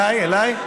אליי,